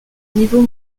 niveau